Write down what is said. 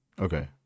okay